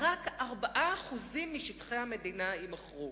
"רק" 4% משטחי המדינה יימכרו.